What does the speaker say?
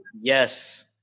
Yes